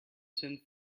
cent